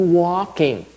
walking